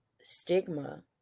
stigma